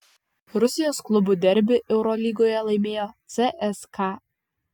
rusijos klubų derbį eurolygoje laimėjo cska